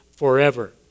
Forever